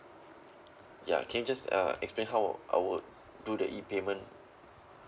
ya can you just uh explain how I would do the E payment